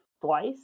twice